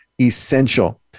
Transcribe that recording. essential